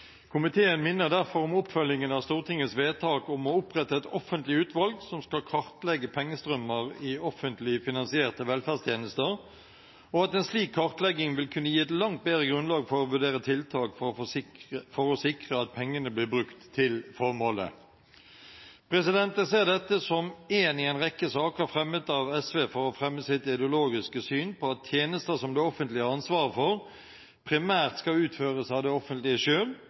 Komiteen minner derfor om oppfølgingen av Stortingets vedtak om å opprette et offentlig utvalg som skal kartlegge pengestrømmer i offentlig finansierte velferdstjenester, og at en slik kartlegging vil kunne gi et langt bedre grunnlag for å vurdere tiltak for å sikre at pengene blir brukt til formålet. Jeg ser dette som én i en rekke saker fremmet av SV for å fremme sitt ideologiske syn på at tjenester som det offentlige har ansvaret for, primært skal utføres av det offentlige